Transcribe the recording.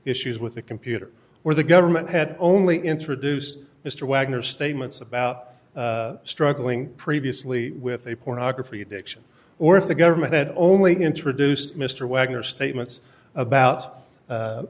issues with a computer where the government had only introduced mr wagner statements about struggling previously with a pornography addiction or if the government had only introduced mr wagner statements about